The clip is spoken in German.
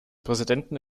präsidenten